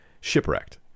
Shipwrecked